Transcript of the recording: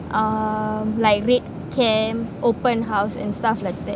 like red camp open house and stuff like that